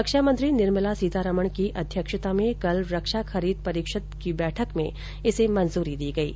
रक्षा मंत्री निर्मला सीतारमण की अध्यक्षता में कल रक्षा खरीद परिषद की बैठक में इसे मंजूरी दी गयी